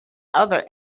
other